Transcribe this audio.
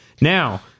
Now